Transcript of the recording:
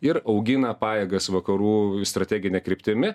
ir augina pajėgas vakarų strategine kryptimi